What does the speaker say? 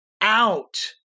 out